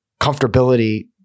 comfortability